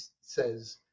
says